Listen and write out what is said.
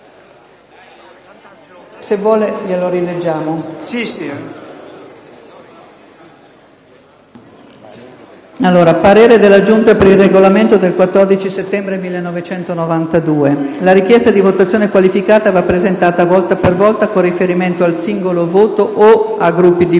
Se vuole, rileggiamo il parere della Giunta per il Regolamento del 14 settembre 1992: «La richiesta di votazione qualificata va presentata volta per volta con riferimento al singolo voto o a gruppi di voti.